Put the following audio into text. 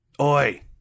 Oi